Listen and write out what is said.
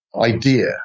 idea